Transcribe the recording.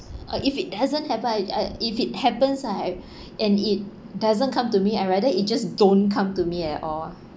or if it hasn't happened I I if it happens ah I've and it doesn't come to me I rather it just don't come to me at all